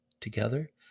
Together